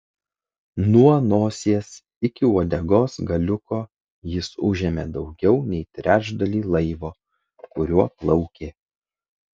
nuo nosies iki uodegos galiuko jis užėmė daugiau nei trečdalį laivo kuriuo plaukė